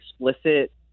explicit